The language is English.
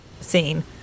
scene